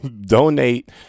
Donate